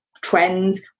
trends